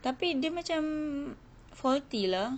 tapi dia macam faulty lah